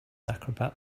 acrobat